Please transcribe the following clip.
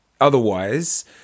Otherwise